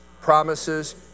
promises